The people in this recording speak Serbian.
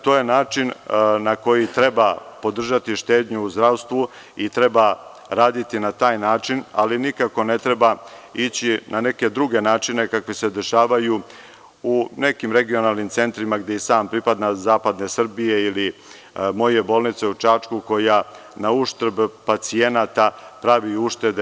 To je način na koji treba podržati štednju u zdravstvu i treba raditi na taj način, ali nikako ne treba ići na neke druge načine, kakvi se dešavaju u nekim regionalnim centrima gde i sam pripadam, zapadne Srbije ili moje bolnice u Čačku, koja na uštrb pacijenata pravi uštede.